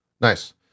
Nice